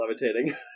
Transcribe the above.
levitating